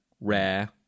Rare